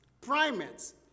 primates